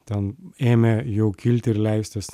ten ėmė jau kilti ir leistis